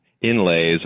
inlays